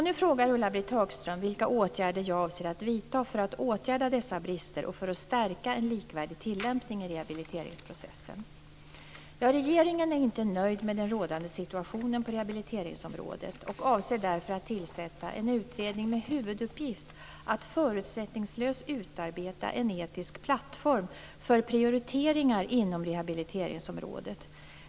Nu frågar Ulla-Britt Hagström vilka åtgärder jag avser att vidta för att åtgärda dessa brister och för att stärka en likvärdig tillämpning i rehabiliteringsprocessen. Regeringen är inte nöjd med den rådande situationen på rehabiliteringsområdet och avser därför att tillsätta en utredning med huvuduppgift att förutsättningslöst utarbeta en etisk plattform för prioriteringar inom rehabiliteringsområdet.